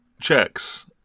checks